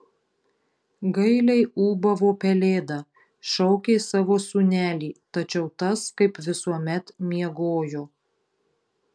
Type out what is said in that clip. gailiai ūbavo pelėda šaukė savo sūnelį tačiau tas kaip visuomet miegojo